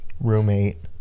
roommate